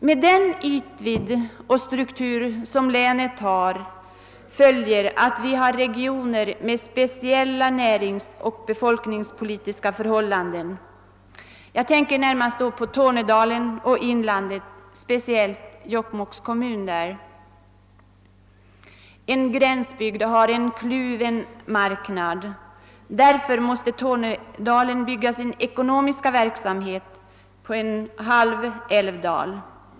Med den ytvidd och struktur länet har följer att vi har regioner med alldeles speciella näringsoch befolkningspolitiska förhållanden. Jag tänker närmast på Tornedalen och inlandet, särskilt Jokkmokks kommun. En gränsbygd har en kluven marknad och därför måste Tornedalen bygga sin ekonomiska verksamhet på en halv älvdal.